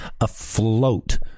afloat